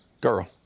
girl